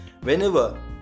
whenever